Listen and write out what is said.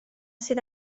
sydd